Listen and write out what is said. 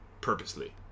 Purposely